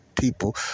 people